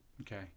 Okay